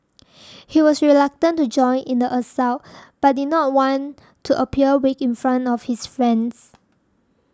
he was reluctant to join in the assault but did not want appear weak in front of his friends